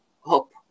hope